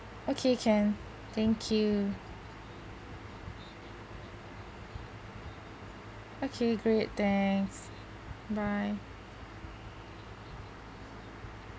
okay can thank you okay great thanks bye